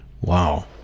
Wow